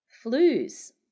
Flues